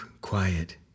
quiet